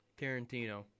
Tarantino